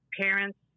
parents